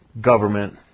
government